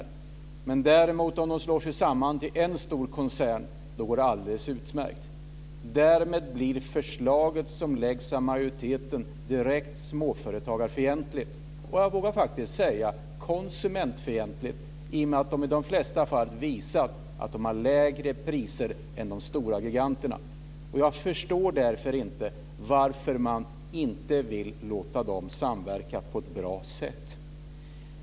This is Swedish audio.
Om de däremot slår sig samman till en stor koncern går det alldeles utmärkt. Därmed blir förslaget som läggs fram av majoriteten direkt småföretagarfientligt och jag vågar faktiskt säga konsumentfientligt, i och med att dessa företag i de flesta fall visar att de har lägre priser än de stora giganterna. Jag förstår därför inte varför man inte vill låta dem samverka på ett bra sätt.